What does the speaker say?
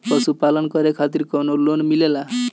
पशु पालन करे खातिर काउनो लोन मिलेला?